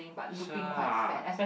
sure ah